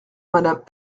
madame